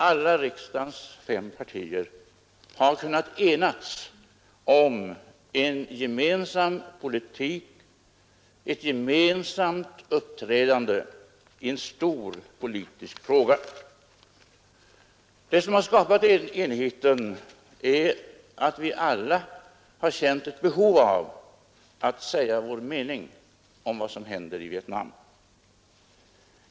Alla riksdagens fem partier har kunnat enas om en gemensam politik och ett gemensamt uppträdande i en stor politisk fråga. Det som har skapat enigheten är att vi alla har känt ett behov av att säga vår mening om vad som händer i Vietnam.